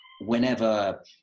whenever